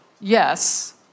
yes